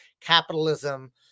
capitalism